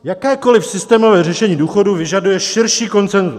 Jakékoliv systémové řešení důchodů vyžaduje širší konsenzus.